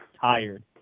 tired